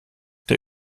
der